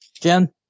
Jen